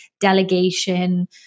delegation